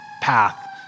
path